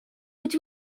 быть